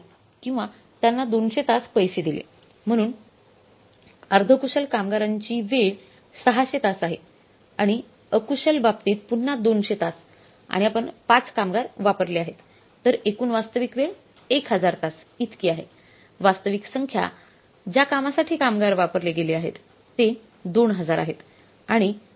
किंवा त्यांना 200 तास पैसे दिले म्हणून अर्ध कुशल कामगारांची वेळ 600 तास आहे आणि अकुशल बाबतीत पुन्हा 200 तास आणि आपण 5 कामगार वापरले आहेत तर एकूण वास्तविक वेळ 1000 तास इतकी आहे वास्तविक संख्या ज्या कामासाठी कामगार वापरले गेले आहेत ते 2000 आहेत